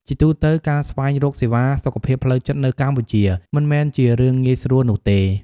ជាទូទៅ ការស្វែងរកសេវាសុខភាពផ្លូវចិត្តនៅកម្ពុជាមិនមែនជារឿងងាយស្រួលនោះទេ។